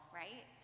right